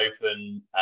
open